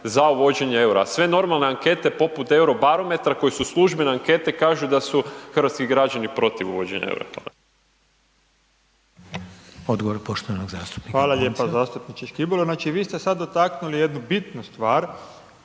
za uvođenje EUR-a, sve normalne ankete poput Eurobarometra koje su službene ankete, kažu da hrvatski građani protiv uvođenja EUR-a.